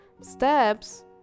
steps